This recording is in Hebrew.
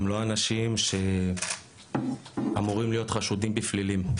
הם לא אנשים שאמורים להיות חשודים בפלילים.